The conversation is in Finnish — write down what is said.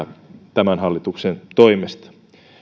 tämän hallituksen toimesta